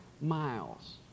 miles